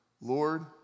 Lord